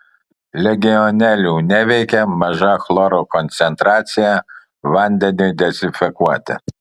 legionelių neveikia maža chloro koncentracija vandeniui dezinfekuoti